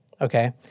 Okay